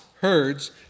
herds